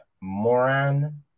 Moran